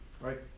Right